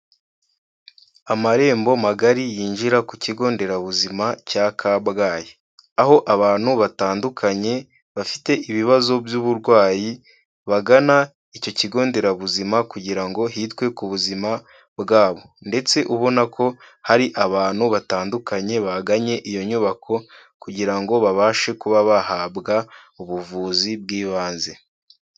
Amarembo magari yinjira ku kigo nderabuzima cya Kabgayi. Aho abantu batandukanye bafite ibibazo by'uburwayi, bagana icyo kigo nderabuzima kugira ngo hitwe ku buzima bwabo ndetse ubona ko hari abantu batandukanye baganye iyo nyubako kugira ngo babashe kuba bahabwa ubuvuzi bw'ibanze.